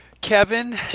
Kevin –